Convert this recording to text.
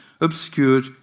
obscured